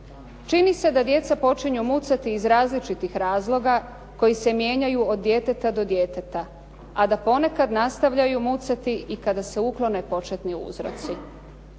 Čini se da djeca počinju mucati iz različitih razloga koji se mijenjaju od djeteta do djeteta, a da ponekad nastavljaju mucati i kada se uklone početni uzroci.